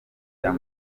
n’ubu